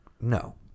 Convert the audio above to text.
no